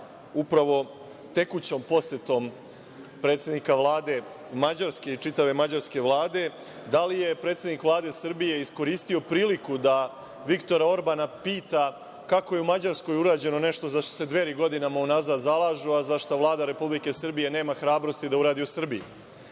upravo tekućom posetom predsednika Vlade Mađarske i čitave Mađarske vlade, da li je predsednik Vlade Srbije iskoristio priliku da Viktora Orbana pita kako je u Mađarskoj urađeno nešto za šta se Dveri godinama unazad zalažu, a za šta Vlada Republike Srbije nema hrabrosti da uradi u Srbiji. Pod